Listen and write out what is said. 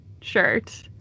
shirt